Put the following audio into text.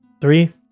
Three